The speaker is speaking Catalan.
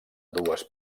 dues